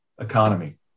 economy